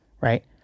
right